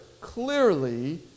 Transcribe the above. clearly